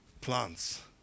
plants